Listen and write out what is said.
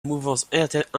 mouvance